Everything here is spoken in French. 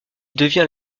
devient